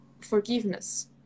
forgiveness